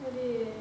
really eh